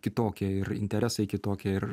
kitokie ir interesai kitokie ir